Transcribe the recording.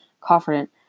confident